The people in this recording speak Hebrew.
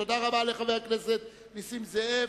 תודה רבה לחבר הכנסת נסים זאב.